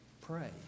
pray